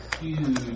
huge